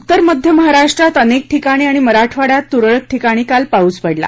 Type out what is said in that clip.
उत्तर मध्य महाराष्ट्रात अनेक ठिकाणी आणि मराठवाड़यात तुरळक ठिकाणी काल पाऊस पडला